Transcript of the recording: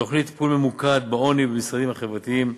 תוכניות לטיפול ממוקד בעוני במשרדים החברתיים,